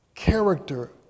character